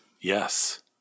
Yes